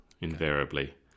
invariably